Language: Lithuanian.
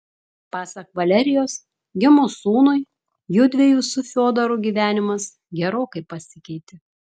pasak valerijos gimus sūnui judviejų su fiodoru gyvenimas gerokai pasikeitė